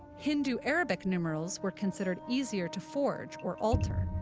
hindu-arabic numerals were considered easier to forge or alter,